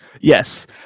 Yes